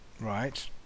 Right